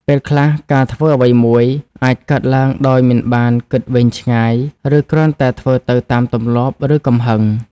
ពេលខ្លះ ការធ្វើអ្វីមួយអាចកើតឡើងដោយមិនបានគិតវែងឆ្ងាយ ឬគ្រាន់តែធ្វើទៅតាមទម្លាប់ ឬកំហឹង។